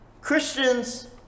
Christians